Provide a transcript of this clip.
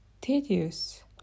Tedious